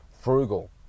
frugal